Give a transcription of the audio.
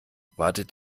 wartet